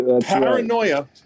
Paranoia